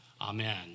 Amen